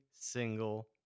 single